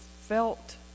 felt